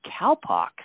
cowpox